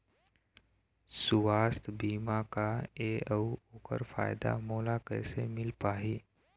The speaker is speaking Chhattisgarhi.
सुवास्थ बीमा का ए अउ ओकर फायदा मोला कैसे मिल पाही?